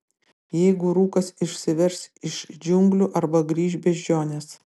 jeigu rūkas išsiverš iš džiunglių arba grįš beždžionės